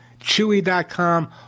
chewy.com